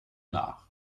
nach